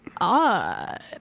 odd